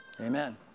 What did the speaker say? Amen